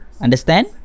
Understand